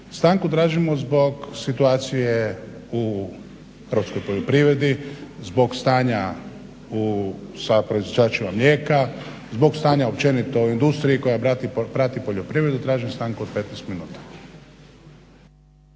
Stanku tražimo zbog situacije u hrvatskoj poljoprivredi, zbog stanja sa proizvođačima mlijeka, zbog stanja općenito u industriji koja prati poljoprivredu tražim stanku od 15 minuta.